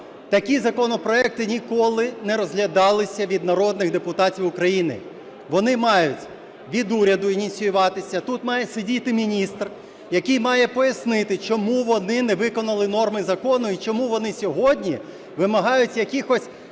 Такі законопроекти ніколи не розглядалися від народних депутатів України. Вони мають від уряду ініціюватися, тут має сидіти міністр, який має пояснити, чому вони не виконали норми закону і чому вони сьогодні вимагають якихось